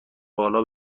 بالا